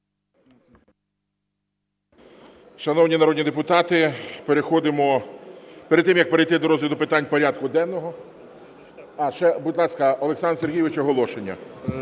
Шановні народні депутати, переходимо... Перед тим, як перейти до розгляду питань порядку денного… Ще, будь ласка, Олександр Сергійович, оголошення.